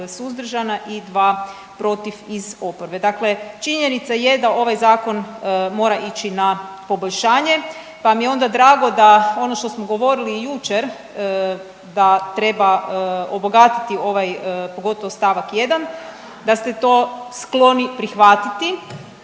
suzdržana i 2 protiv iz oporbe. Dakle, činjenica je da ovaj zakon mora ići na poboljšanje, pa mi je onda drago da ono što smo govorili i jučer da treba obogatiti ovaj pogotovo stavak 1. da ste to skloni prihvatiti